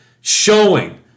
showing